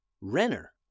Renner